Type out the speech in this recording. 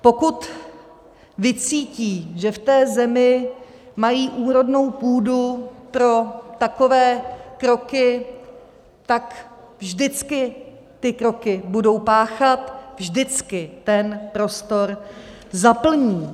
Pokud vycítí, že v té zemi mají úrodnou půdu pro takové kroky, tak vždycky ty kroky budou páchat, vždycky ten prostor zaplní.